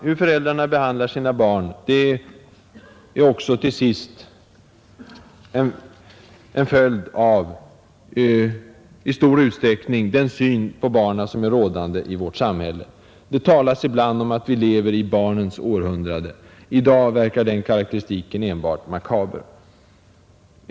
Hur föräldrarna behandlar sina barn är också till sist i stor utsträckning en följd av den syn på barnen som råder i vårt samhälle. Det talas ibland om att vi lever i barnens århundrade. I dag verkar den karakteristiken enbart makaber.